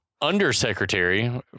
Undersecretary